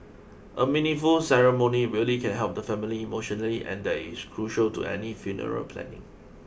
a meaningful ceremony really can help the family emotionally and that is crucial to any funeral planning